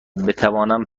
بتوانم